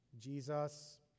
Jesus